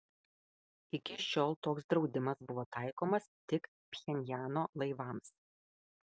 iki šiol toks draudimas buvo taikomas tik pchenjano laivams